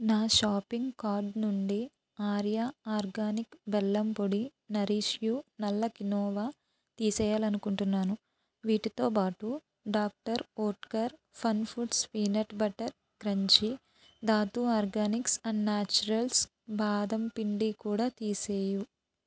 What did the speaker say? నా shopping cart నుండి Arya organic బెల్లం పొడి నరిష్ యు నల్ల కినోవా తీసేయాలనుకుంటున్నాను వీటితో బాటు Doctor Oetker fun foods peanut butter crunchy Dhatu organics and naturals బాదం పిండి కూడా తీసేయి